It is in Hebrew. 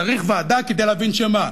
צריך ועדה כדי להבין שמה,